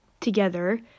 together